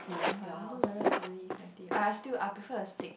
but I don't know whether it's really effective I still I prefer a stick